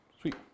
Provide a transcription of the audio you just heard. Sweet